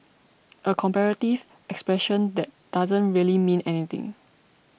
a comparative expression that doesn't really mean anything